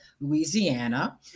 Louisiana